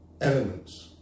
elements